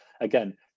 again